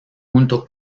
junto